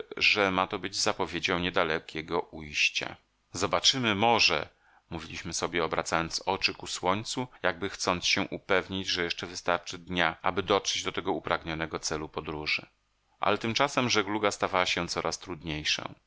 że ma to być zapowiedzią niedalekiego ujścia zobaczymy morze mówiliśmy sobie obracając oczy ku słońcu jakby chcąc się upewnić że jeszcze wystarczy dnia aby dotrzeć do tego upragnionego celu podróży ale tymczasem żegluga stawała się coraz trudniejszą